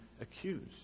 accused